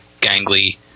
gangly